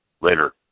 later